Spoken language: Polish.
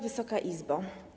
Wysoka Izbo!